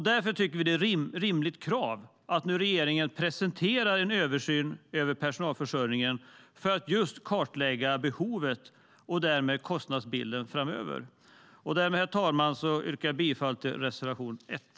Därför tycker vi att det är ett rimligt krav att regeringen nu presenterar en översyn över personalförsörjningen för att just kartlägga behovet och därmed kostnadsbilden framöver. Därmed, herr talman, yrkar jag bifall till reservation 1.